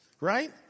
Right